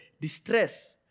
distress